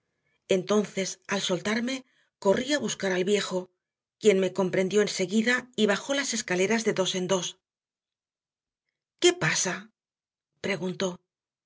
entonces al soltarme corrí a buscar al viejo quien me comprendió enseguida y bajó las escaleras de dos en dos qué pasa preguntó